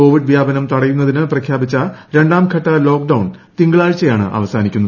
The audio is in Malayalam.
കോവിഡ് പ്യാപനം തടയുന്നതിന് പ്രഖ്യാപിച്ച രണ്ടാം ഘട്ട ലോക്ഡൌൺ ്തിങ്കളാഴ്ചയാണ് അവസാനിക്കുന്നത്